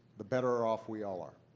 the better off we all are.